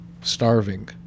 starving